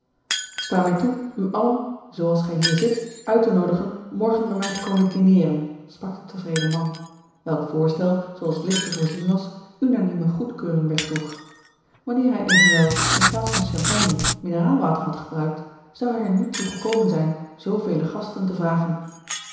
sta mij toe u allen z als gij hier zit uit te noodigen morgen bij mij te komen dineren sprak de tevreden man welk voorstel zoo als ligt te voorzien was unanieme goedkeuring wegdroeg wanneer hij evenwel in plaats van champagne mineraalwater had gebruikt zou hij er niet toe gekomen zijn zoovele gasten te vragen